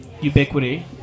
Ubiquity